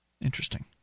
Interesting